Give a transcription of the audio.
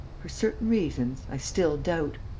for certain reasons, i still doubt.